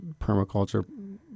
permaculture